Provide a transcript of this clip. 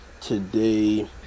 today